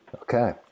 Okay